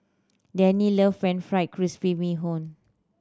Dannie love friend fried crispy bee hoon